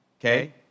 okay